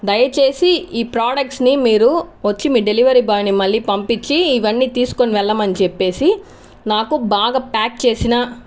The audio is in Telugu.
దయచేసి ఈ ప్రొడక్ట్స్ని మీరు వచ్చి మీ డెలివరీ బాయ్ని మళ్ళీ పంపించి ఇవన్నీ తీసుకుని వెళ్ళమని చెప్పేసి నాకు బాగా ప్యాక్ చేసిన